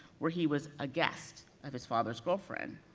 where he was a guest of his father's girlfriend.